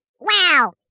Wow